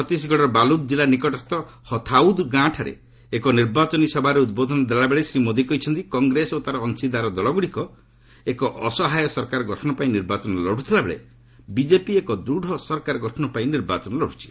ଛତିଶଗଡ଼ର ବାଲ୍ତଦ୍ ଜିଲ୍ଲା ନିକଟସ୍କ ହଥାଉଦ୍ ଗାଁଠାରେ ଏକ ନିର୍ବାଚନୀ ସଭାରେ ଉଦ୍ବୋଧନ ଦେଲାବେଳେ ଶ୍ରୀ ମୋଦି କହିଛନ୍ତି କଂଗ୍ରେସ ଓ ତାର ଅଂଶିଦାର ଦଳଗ୍ରଡ଼ିକ ଏକ ଅସହାୟ ସରକାର ଗଠନ ପାଇଁ ନିର୍ବାଚନ ଲଢ଼ୁଥିବା ବେଳେ ବିଜେପି ଏକ ଦୃଢ଼ ସରକାର ଗଠନ ପାଇଁ ନିର୍ବାଚନ ଲଢୁଛି